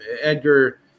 Edgar